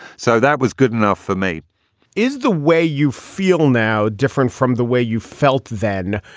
so that was good enough for me is the way you feel now different from the way you felt? then,